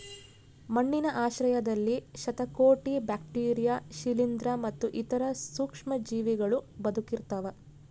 ಮಣ್ಣಿನ ಆಶ್ರಯದಲ್ಲಿ ಶತಕೋಟಿ ಬ್ಯಾಕ್ಟೀರಿಯಾ ಶಿಲೀಂಧ್ರ ಮತ್ತು ಇತರ ಸೂಕ್ಷ್ಮಜೀವಿಗಳೂ ಬದುಕಿರ್ತವ